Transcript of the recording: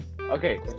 okay